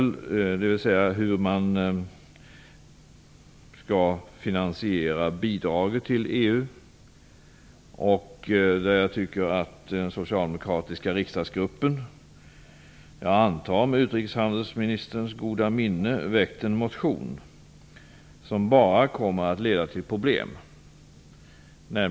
Det gäller t.ex. hur man skall finansiera bidraget till Den socialdemokratiska riksdagsgruppen - och jag antar att det är med utrikeshandelsministerns goda minne - har väckt en motion som bara kommer att leda till problem.